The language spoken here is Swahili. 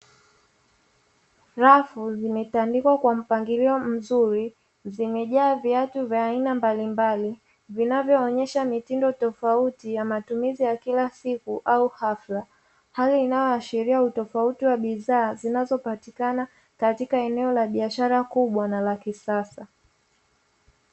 Rafu zimetandikwa kwa mpangilio mzuri zimejaa viatu vya aina mbalimbali vinavyoonyesha mitindo tofauti ya matumizi ya kila siku au hafla hali inayoashiria utofauti wa bidhaa zinazopatikana katika eneo la biashara kubwa na la kisasa.